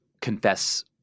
confess